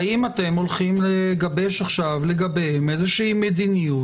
האם אתם הולכים לגבש עכשיו לגביהם איזושהי מדיניות